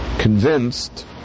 Convinced